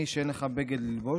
עני כל כך שאין לך בגד ללבוש,